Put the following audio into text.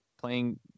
playing